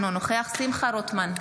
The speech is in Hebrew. אינו נוכח שמחה רוטמן,